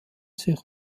sich